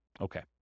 Okay